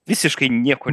visiškai nieko